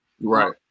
Right